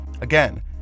Again